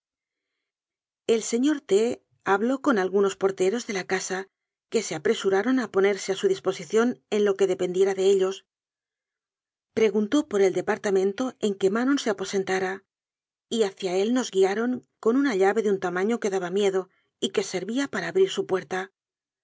el señor t habló con algunos porteros de la casa que se apresuraron a ponerse a su disposi ción en lo que dependiera de ellos preguntó por el departamento en que manon se aposentara y hacia él nos guiaron con una llave de un tamaño que daba miedo y que servía para abrir su puer